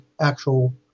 actual